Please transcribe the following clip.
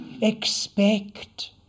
expect